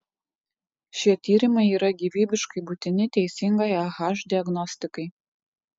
šie tyrimai yra gyvybiškai būtini teisingai ah diagnostikai